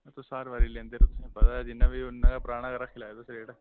तुस हर बारी लैंदे ऊ तुसेंगी पता गै जिन्ना बी उन्ना ऐ पराना रक्खी लैओ तुस्स जेह्ड़ा